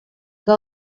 que